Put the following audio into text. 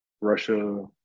Russia